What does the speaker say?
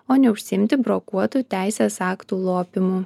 o neužsiimti brokuotų teisės aktų lopymu